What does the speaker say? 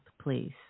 please